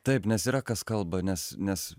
taip nes yra kas kalba nes nes